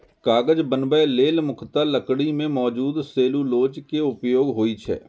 कागज बनबै लेल मुख्यतः लकड़ी मे मौजूद सेलुलोज के उपयोग होइ छै